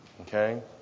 okay